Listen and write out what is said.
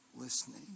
listening